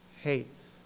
hates